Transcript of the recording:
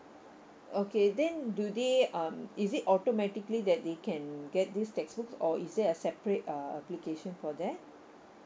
okay then do they um is it automatically that they can get this textbooks or is there a separate uh application for that